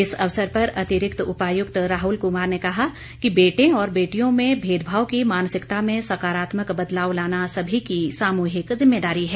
इस अवसर पर अतिरिक्त उपायुक्त राहुल कुमार ने कहा कि बेटे और बेटियों में भेदभाव की मानसिकता में सकारात्मक बदलाव लाना सभी की सामूहिक जिम्मेदारी है